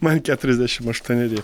man keturiasdešimt aštuoneri